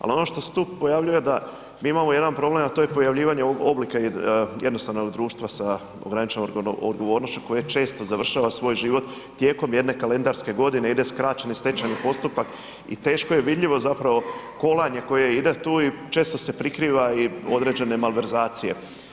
Ali ono što se tu pojavljuje da, mi imamo jedan problem, a to je pojavljivanje ovog oblika jednostavnog društva sa ograničenom odgovornošću koje često završava svoj život tijekom jedne kalendarske godine, ide skraćeni stečajni postupak i teško je vidljivo zapravo kolanje koje ide tu i često se prikriva i određene malverzacije.